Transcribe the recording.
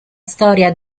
storia